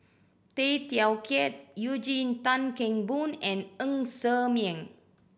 Tay Teow Kiat Eugene Tan Kheng Boon and Ng Ser Miang